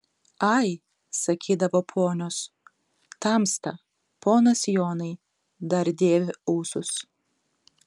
ai sakydavo ponios tamsta ponas jonai dar dėvi ūsus